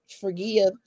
forgive